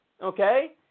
okay